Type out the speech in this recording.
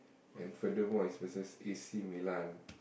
and furthermore it's versus A_C-Milan